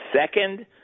second